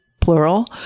plural